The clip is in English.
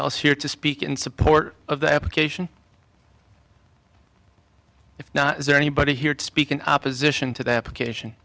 else here to speak in support of the application if not is there anybody here to speak in opposition to the application